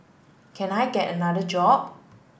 can I get another job